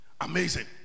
Amazing